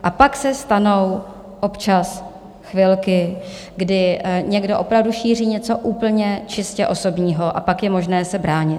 A pak se stanou občas chvilky, kdy někdo opravdu šíří něco úplně čistě osobního, a pak je možné se bránit.